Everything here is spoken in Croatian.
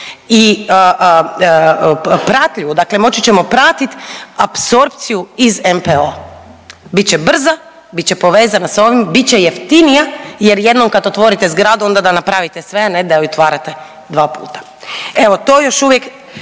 i pratljivu, dakle moći ćemo pratit apsorpciju iz NPOO-a, bit će brza, bit će povezana s ovim, bit će jeftinija jer jednom kad otvorite zgradu onda da napravite sve, a ne da ju otvarate dva puta. Evo, to još uvijek